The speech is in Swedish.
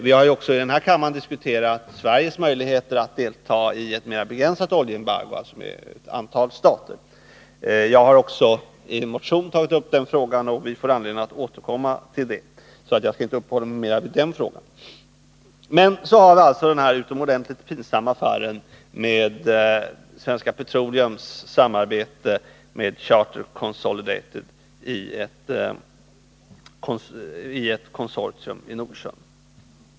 Vi har också i denna kammare diskuterat Sveriges möjligheter att delta i ett mera begränsat oljeembargo, med ett mindre antal stater. Jag har också i en motion tagit upp den frågan, och vi får anledning att återkomma till den, så jag skall inte uppehålla mig mera vid den frågan. Men så har vi den utomordentligt pinsamma affären med Svenska Petroleums samarbete med Charter Consolidated i ett konsortium som bedriver oljeborrning i Nordsjön.